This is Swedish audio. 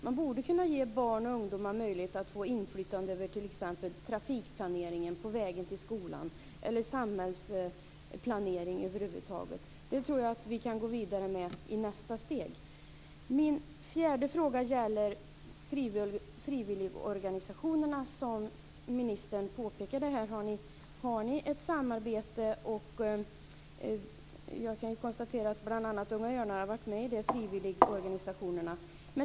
Man borde kunna ge barn och ungdomar möjlighet till inflytande över t.ex. trafikplaneringen av vägen till skolan eller över samhällsplanering över huvud taget. Det tror jag att vi kan gå vidare med i nästa steg. Min fjärde fråga gäller frivilligorganisationerna. Som ministern påpekade har ni ett samarbete med frivilligorganisationerna. Unga Örnar har varit en av dessa frivilligorganisationer.